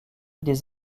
des